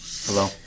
Hello